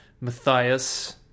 Matthias